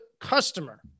customer